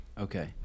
Okay